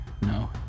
no